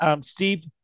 Steve